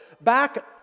back